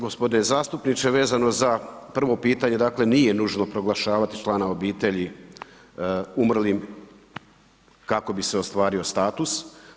Gospodine zastupniče vezano za prvo pitanje, dakle nije nužno proglašavati člana obitelji umrlim kako bi se ostvari status.